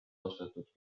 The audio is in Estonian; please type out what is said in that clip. ostetud